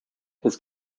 his